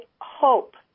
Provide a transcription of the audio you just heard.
hope